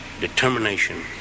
determination